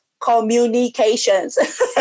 Communications